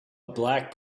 black